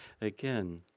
again